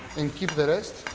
and keep the rest.